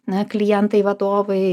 na klientai vadovai